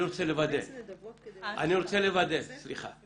אני לא